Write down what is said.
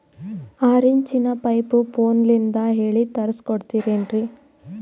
ಆರಿಂಚಿನ ಪೈಪು ಫೋನಲಿಂದ ಹೇಳಿ ತರ್ಸ ಕೊಡ್ತಿರೇನ್ರಿ?